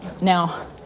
Now